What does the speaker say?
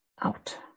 out